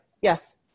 yes